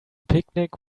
picnic